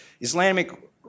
Islamic